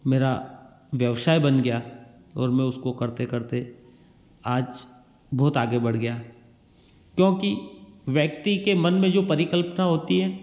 मेरा ब्यवसाय बन गया और मैं उसको करते करते आज बहुत आगे बढ़ गया क्योंकि व्यक्ति के मन में जो परिकल्पना होती है